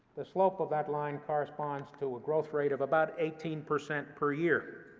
the slope of that line corresponds to a growth rate of about eighteen percent per year.